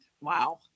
wow